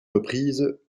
reprises